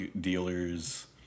dealers